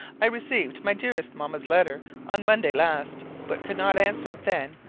i received my dearest mamma's letter on monday last, but could not answer it then,